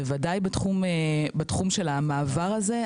בוודאי בתחום של המעבר הזה.